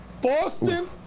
Boston